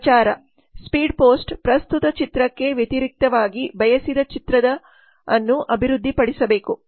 ಪ್ರಚಾರ speed post ಪ್ರಸ್ತುತ ಚಿತ್ರಕ್ಕೆ ವ್ಯತಿರಿಕ್ತವಾಗಿ ಬಯಸಿದ ಚಿತ್ರದ ಅನ್ನು ಅಭಿವೃದ್ಧಿಪಡಿಸಬೇಕು